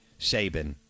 Saban